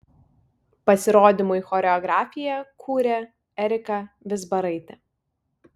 pasirodymui choreografiją kūrė erika vizbaraitė